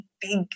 big